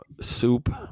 soup